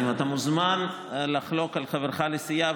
אתה מוזמן לחלוק על חברך לסיעה,